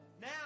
Now